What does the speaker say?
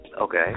Okay